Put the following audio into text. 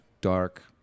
dark